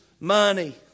money